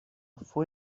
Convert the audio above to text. fue